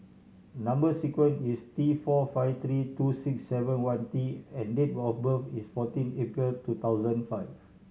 number sequence is T four five three two six seven one T and date of birth is fourteen April two thousand five